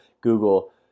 Google